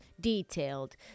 detailed